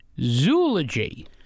zoology